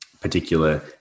particular